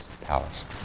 Palace